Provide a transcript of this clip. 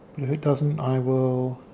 but if it doesn't i will